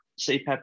CPAP